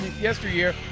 yesteryear